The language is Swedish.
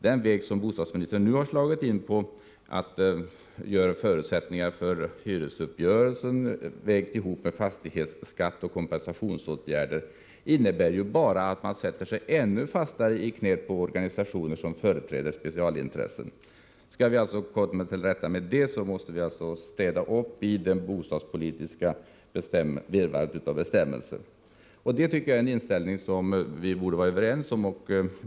Den väg som bostadsministern nu har slagit in på, att förutsättningar för hyresuppgörelsen vägts ihop med fastighetsskatt och kompensationsåtgärder, innebär ju bara att man sätter sig ännu fastare i knät på organisationer som företräder specialintressen. Skall vi komma till rätta med detta, måste vi städa upp i virrvarret av bestämmelser inom bostadspolitiken. Den inställningen tycker jag att vi borde vara överens om.